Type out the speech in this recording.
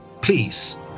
please